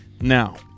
Now